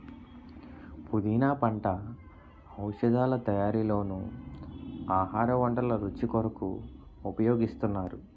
పుదీనా పంట ఔషధాల తయారీలోనూ ఆహార వంటల రుచి కొరకు ఉపయోగిస్తున్నారు